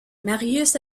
marius